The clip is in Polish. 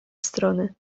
strony